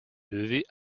lever